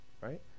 right